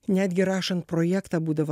netgi rašant projektą būdavo